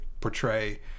portray